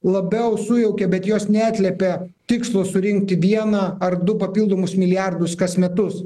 labiau sujaukė bet jos neslepė tikslo surinkti vieną ar du papildomus milijardus kas metus